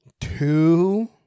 Two